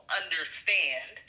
understand